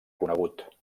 conegut